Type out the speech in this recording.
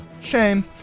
Shame